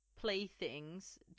playthings